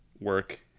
work